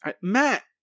Matt